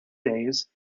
days